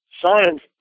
Science